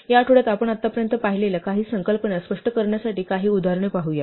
या आठवड्यात आपण आतापर्यंत पाहिलेल्या काही संकल्पना स्पष्ट करण्यासाठी काही उदाहरणे पाहू या